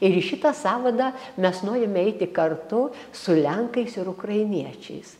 ir į šitą sąvadą mes norime eiti kartu su lenkais ir ukrainiečiais